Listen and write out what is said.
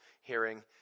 hearing